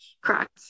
Correct